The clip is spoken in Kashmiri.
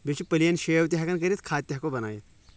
بیٚیہِ چھُ پٕلین شیو تہِ ہٮ۪کان کٔرتھ خط تہِ ہٮ۪کو بنٲیِتھ